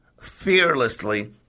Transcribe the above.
fearlessly